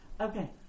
Okay